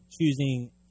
choosing